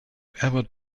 ever